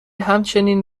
همچنین